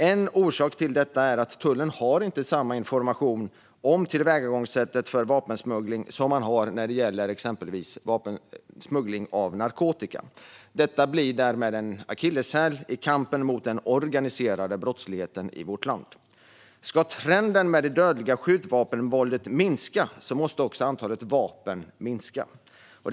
En orsak till detta är att tullen inte har samma information om tillvägagångssätt för vapensmuggling som man har när det gäller exempelvis smuggling av narkotika. Detta blir därmed en akilleshäl i kampen mot den organiserade brottsligheten i vårt land. Om trenden med det dödliga skjutvapenvåldet ska minska måste antalet vapen också minska.